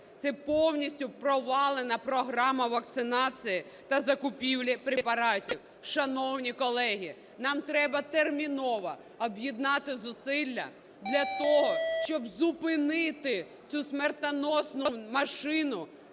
Це повністю провалена програма вакцинації та закупівлі препаратів. Шановні колеги, нам треба терміново об'єднати зусилля для того, щоб зупинити цю смертоносну машину